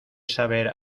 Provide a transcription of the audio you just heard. saber